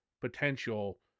potential